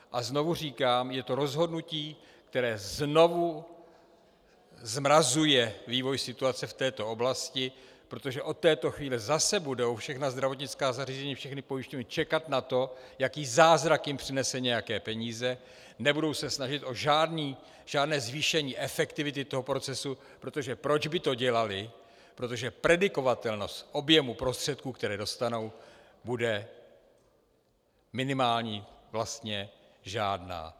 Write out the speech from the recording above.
A znovu říkám, je to rozhodnutí, které znovu zmrazuje vývoj situace v této oblasti, protože od této chvíle zase budou všechna zdravotnická zařízení a všechny pojišťovny čekat na to, jaký zázrak jim přinese nějaké peníze, nebudou se snažit o žádné zvýšení efektivity toho procesu, protože proč by to dělaly, protože predikovatelnost objemu prostředků, které dostanou, bude minimální, vlastně žádná.